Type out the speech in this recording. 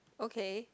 okay